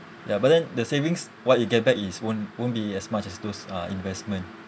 ya but then the savings what you get back is won't won't be as much as those uh investment